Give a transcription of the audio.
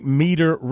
meter